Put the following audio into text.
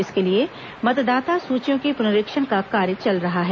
इसके लिए मतदाता सूचियों के पुनरीक्षण का कार्य चल रहा है